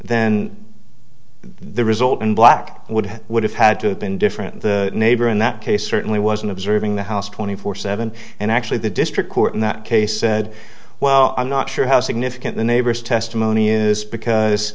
then the result in black would would have had to have been different the neighbor in that case certainly wasn't observing the house twenty four seven and actually the district court in that case said well i'm not sure how significant the neighbor's testimony is because